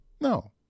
no